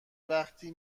وقتی